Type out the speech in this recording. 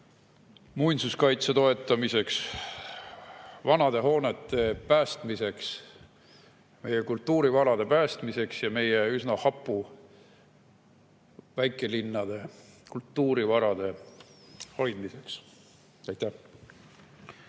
muinsuskaitse toetamiseks, vanade hoonete ja meie kultuurivarade päästmiseks ja meie üsna hapude väikelinnade kultuurivarade hoidmiseks. Aitäh!